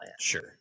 Sure